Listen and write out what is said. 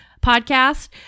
Podcast